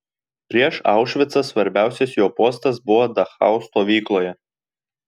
prieš aušvicą svarbiausias jo postas buvo dachau stovykloje